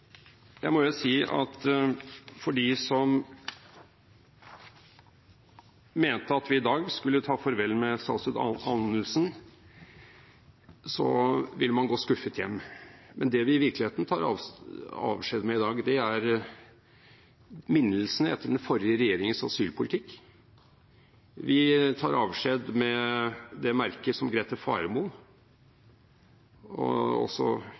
Jeg må jo si at de som mente at vi i dag skulle ta farvel med statsråd Anundsen, vil måtte gå skuffet hjem, men det vi i virkeligheten tar avskjed med i dag, er minnelsene etter den forrige regjeringens asylpolitikk. Vi tar avskjed med det merket som Grete Faremo, og også